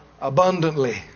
abundantly